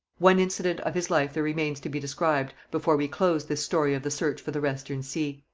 one incident of his life there remains to be described before we close this story of the search for the western sea.